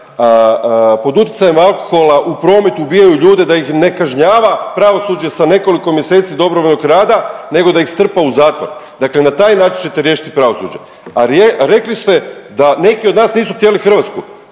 pod utjecajem alkohola u prometu ubijaju ljude da ih ne kažnjava pravosuđe sa nekoliko mjeseci dobrovoljnog rada nego da ih strpa u zatvor, dakle na taj način ćete riješiti pravosuđe. A rekli ste da neki od nas nisu htjeli Hrvatsku,